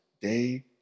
day